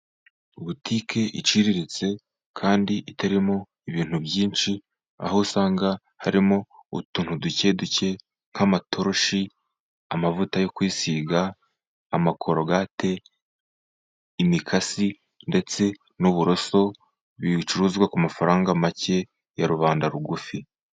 Butike iciriritse kandi itarimo ibintu byinshi, aho usanga harimo utuntu dukeduke, nk'amatoroshi, amavuta yo kwisiga, amakorogate, imikasi, ndetse n'uburoso, bicuruzwa ku mafaranga make ya rubanda rugufi.